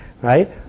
right